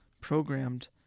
programmed